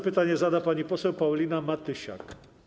Pytanie zada pani poseł Paulina Matysiak.